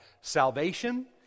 Salvation